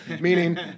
meaning